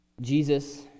Jesus